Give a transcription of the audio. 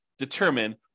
determine